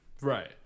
Right